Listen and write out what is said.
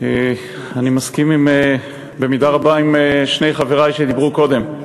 אני מסכים במידה רבה עם שני חברי שדיברו קודם,